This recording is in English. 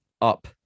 up